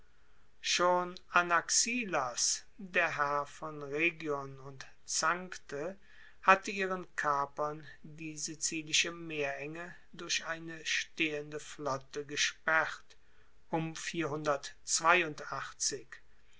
schon anaxilas der herr von rhegion und zankte hatte ihren kapern die sizilische meerenge durch eine stehende flotte gesperrt